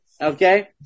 Okay